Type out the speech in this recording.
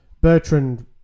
Bertrand